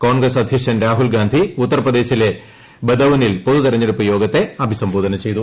കോൺഗ്രസ്സ് അദ്ധ്യക്ഷൻ രാഹുൽഗാന്ധി ഉത്തർപ്രദേശിലെ ബദൌനിൽ പൊതുതെരഞ്ഞെടുപ്പ് യോഗത്തെ അഭിസ്ക് ബ്രാധന ചെയ്തു